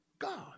God